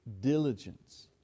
diligence